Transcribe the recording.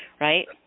right